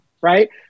right